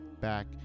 back